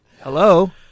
Hello